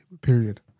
period